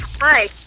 Hi